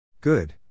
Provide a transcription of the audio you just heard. Good